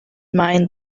mind